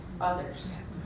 others